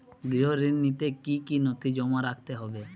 গৃহ ঋণ নিতে কি কি নথি জমা রাখতে হবে?